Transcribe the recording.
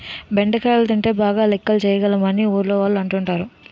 బెండకాయలు తింటే బాగా లెక్కలు చేయగలం అని ఊర్లోవాళ్ళు అంటుంటారు